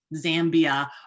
Zambia